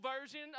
version